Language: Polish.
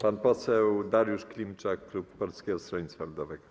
Pan poseł Dariusz Klimczak, klub Polskiego Stronnictwa Ludowego.